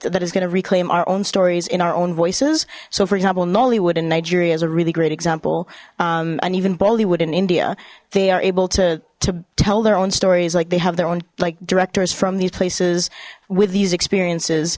that is gonna reclaim our own stories in our own voices so for example nollywood in nigeria is a really great example and even bollywood in india they are able to tell their own stories like they have their own like directors from these places with these experiences